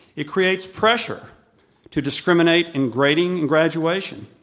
it creates pressure to discriminate in grading and graduation.